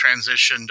transitioned